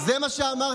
זה מה שאמרת,